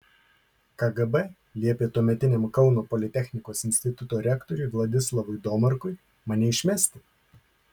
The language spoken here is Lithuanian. kgb liepė tuometiniam kauno politechnikos instituto rektoriui vladislavui domarkui mane išmesti